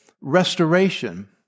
restoration